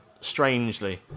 strangely